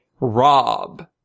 Rob